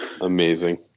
amazing